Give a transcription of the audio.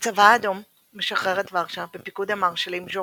הצבא האדום משחרר את ורשה, בפיקוד המרשלים ז'וקוב,